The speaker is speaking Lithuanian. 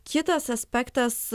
kitas aspektas